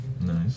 Nice